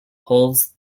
holds